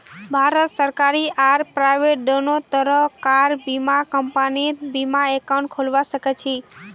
भारतत सरकारी आर प्राइवेट दोनों तरह कार बीमा कंपनीत ई बीमा एकाउंट खोलवा सखछी